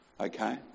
Okay